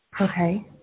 Okay